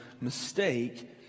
mistake